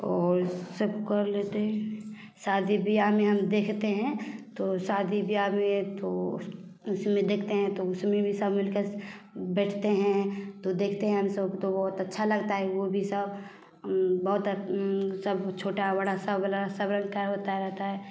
और सब कर लेते हैं शादी ब्याह में हम देखते हैं तो शादी ब्याह में तो उस उसमें देखते हैं तो उसमें भी सब मिलकर बैठते हैं तो देखते हैं हम सब तो बहुत अच्छा लगता है वो भी सब बहुत सब छोटा बड़ा सब सब रंग का होता रहता है